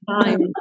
time